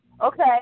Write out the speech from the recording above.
Okay